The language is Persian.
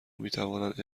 میتوانند